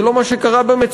זה לא מה שקרה במציאות.